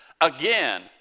Again